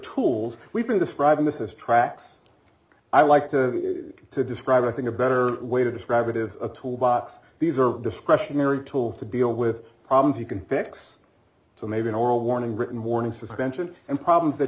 tools we've been describing this is tracks i like to to describe i think a better way to describe it is a tool box these are discretionary tools to deal with problems you can fix so maybe an oral warning written warning suspension and problems that